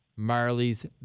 Marley's